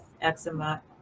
eczema